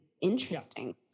interesting